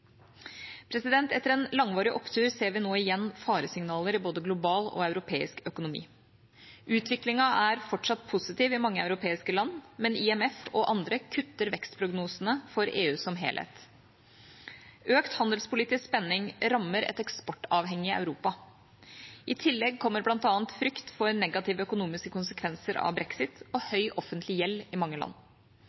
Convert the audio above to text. Etter en langvarig opptur ser vi nå igjen faresignaler i både global og europeisk økonomi. Utviklingen er fortsatt positiv i mange europeiske land, men IMF og andre kutter vekstprognosene for EU som helhet. Økt handelspolitisk spenning rammer et eksportavhengig Europa. I tillegg kommer bl.a. frykt for negative økonomiske konsekvenser av brexit og høy offentlig gjeld i mange land.